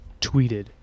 tweeted